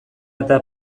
eta